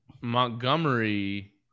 Montgomery